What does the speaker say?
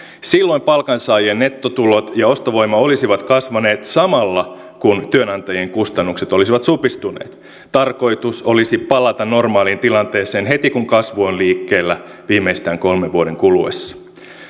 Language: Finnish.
silloin palkansaajien nettotulot ja ostovoima olisivat kasvaneet samalla kun työnantajien kustannukset olisivat supistuneet tarkoitus olisi palata normaaliin tilanteeseen heti kun kasvu on liikkeellä viimeistään kolmen vuoden kuluessa